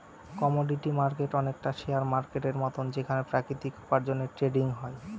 commodity market অনেকটা share মার্কেটের মতন যেখানে প্রাকৃতিক উপার্জনের ট্রেডিং হয়